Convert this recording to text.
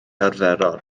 arferol